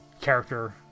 character